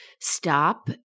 stop